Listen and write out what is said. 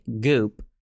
goop